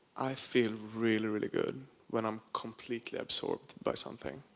i feel really, really good when i'm completely absorbed by something.